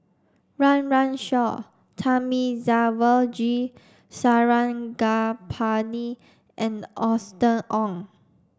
Run Run Shaw Thamizhavel G Sarangapani and Austen Ong